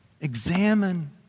Examine